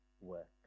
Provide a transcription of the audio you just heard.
work